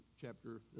chapter